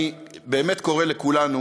אני באמת קורא לכולנו